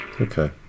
Okay